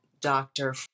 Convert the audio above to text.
doctor